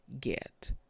get